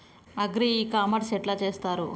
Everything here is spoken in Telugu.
అగ్రి ఇ కామర్స్ ఎట్ల చేస్తరు?